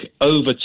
over